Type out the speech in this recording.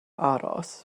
aros